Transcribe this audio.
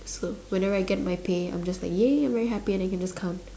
oh whenever I get my pay I'm just like !yay! I'm very happy and I can just count